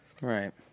Right